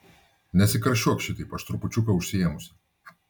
nesikarščiuok šitaip aš trupučiuką užsiėmusi